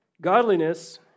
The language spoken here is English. Godliness